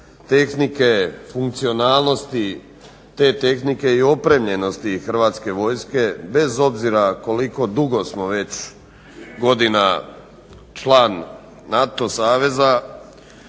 tehnike, funkcionalnosti te tehnike i opremljenosti HV-a bez obzira koliko dugo smo već godina član NATO saveza